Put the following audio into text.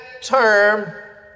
term